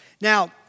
Now